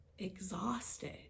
exhausted